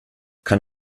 kann